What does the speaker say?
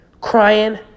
Crying